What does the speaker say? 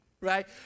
right